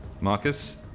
Marcus